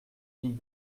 fille